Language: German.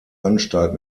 anstalt